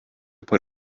put